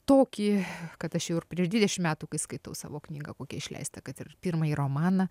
tokį kad aš jau ir prieš dvidešim metų kai skaitau savo knygą kokią išleistą kad ir pirmąjį romaną